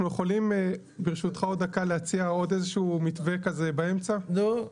אנחנו יכולים ברשותך עוד שקה להציע עוד איזה שהוא מתווה כזה באמצע?\ נו?